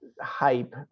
hype